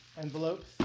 envelopes